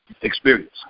Experience